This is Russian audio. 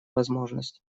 возможность